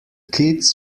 kids